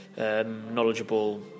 Knowledgeable